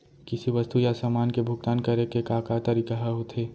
किसी वस्तु या समान के भुगतान करे के का का तरीका ह होथे?